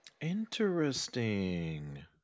Interesting